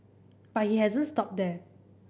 but he hasn't stopped there